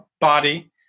body